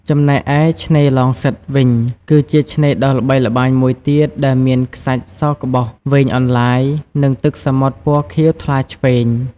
ចំណែកឯ ឆ្នេរឡងសិតវិញ គឺជាឆ្នេរដ៏ល្បីល្បាញមួយទៀតដែលមានខ្សាច់សក្បុសវែងអន្លាយ និងទឹកសមុទ្រពណ៌ខៀវថ្លាឆ្វេង។